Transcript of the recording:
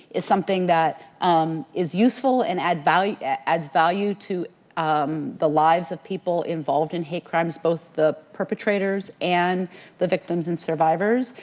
is something that um is useful and adds value adds value to um the lives of people involved in hate crimes, both the perpetrators and victims and survivors.